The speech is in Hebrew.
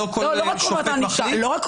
אבל לא רק זה.